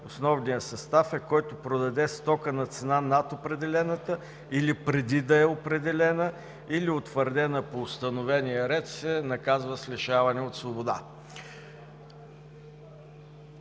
основният състав е – който продаде стока на цена над определената или преди да е определена, или утвърдена по установения ред, се наказва с лишаване от свобода.